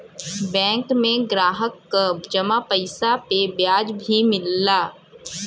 bank में ग्राहक क जमा पइसा पे ब्याज भी मिलला